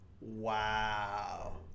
Wow